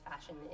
fashion